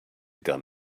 gun